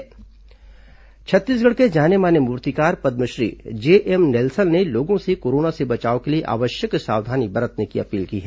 corona जागरूकता छत्तीसगढ़ के जाने माने मूर्तिकार पद्मश्री जेएम नेलसन ने लोगों से कोरोना से बचाव के लिए आवश्यक सावधानी बरतने की अपील की है